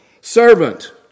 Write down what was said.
servant